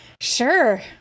Sure